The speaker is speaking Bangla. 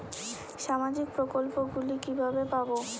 সামাজিক প্রকল্প গুলি কিভাবে পাব?